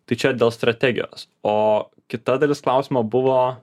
tai čia dėl strategijos o kita dalis klausimo buvo